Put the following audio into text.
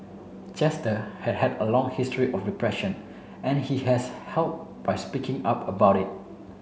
Chester had had a long history of depression and he has help by speaking up about it